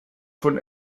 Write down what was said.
von